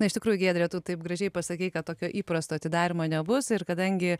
na iš tikrųjų giedre tu taip gražiai pasakei kad tokio įprasto atidarymo nebus ir kadangi